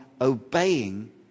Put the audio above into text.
obeying